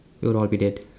we will all be dead